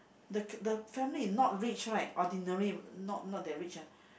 the tht family is nor rich right ordinary not not that rich ah